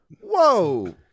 Whoa